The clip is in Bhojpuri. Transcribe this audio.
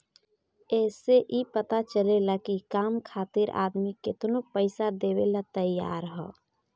ए से ई पता चलेला की काम खातिर आदमी केतनो पइसा देवेला तइयार हअ